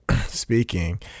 speaking